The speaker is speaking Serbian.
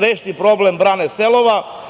rešiti problem brane „Selova“,